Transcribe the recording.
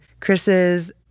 Chris's